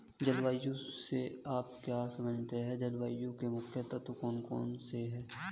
जलवायु से आप क्या समझते हैं जलवायु के मुख्य तत्व कौन कौन से हैं?